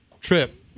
trip